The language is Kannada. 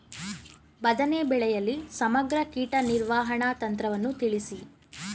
ಬದನೆ ಬೆಳೆಯಲ್ಲಿ ಸಮಗ್ರ ಕೀಟ ನಿರ್ವಹಣಾ ತಂತ್ರವನ್ನು ತಿಳಿಸಿ?